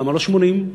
למה לא 80?